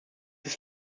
des